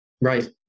Right